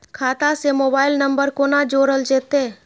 खाता से mobile number कोना जोरल जेते?